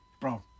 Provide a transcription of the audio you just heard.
bro